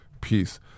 peace